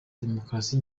demokarasi